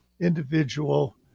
individual